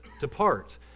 Depart